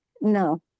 No